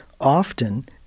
often